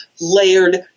layered